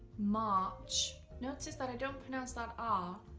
march, notice that i don't pronounce that ah